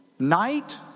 Night